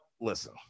listen